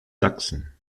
sachsen